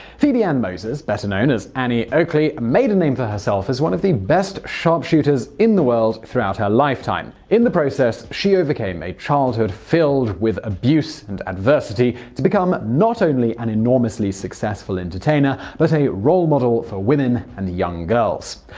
phoebe ann moses, better known as annie oakley, made a name for herself as one of the best sharpshooters in the world throughout her lifetime. in the process, she overcame a childhood filled with abuse and adversity to become not only an enormously successful entertainer, but a role model for women and young girls.